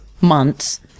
months